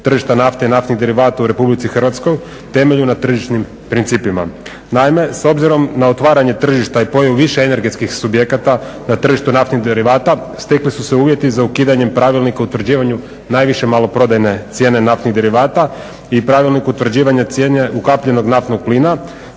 naftnih derivata u RH temeljno na tržišnim principima. Naime, s obzirom na otvaranje tržišta i pojavu više energetskih subjekata na tržištu naftnih derivata stekli su se uvjeti za ukidanjem pravilnika o utvrđivanju najviše maloprodajne cijene naftnih derivata i pravilnik utvrđivanja cijene ukapljenog naftnog plina